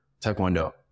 Taekwondo